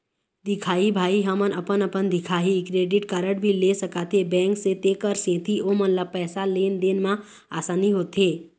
दिखाही भाई हमन अपन अपन दिखाही क्रेडिट कारड भी ले सकाथे बैंक से तेकर सेंथी ओमन ला पैसा लेन देन मा आसानी होथे?